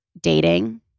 dating